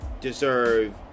deserve